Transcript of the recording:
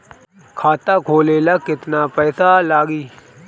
खाता खोले ला केतना पइसा लागी?